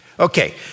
Okay